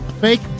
Fake